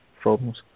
problems